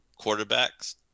quarterbacks